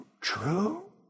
true